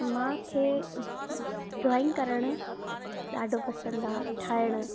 मूंखे ड्राइंग करण ॾाढो पसंदि आहे ठाहिण